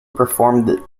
performed